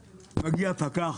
אמרתי, אדוני הפקח?